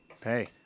Pay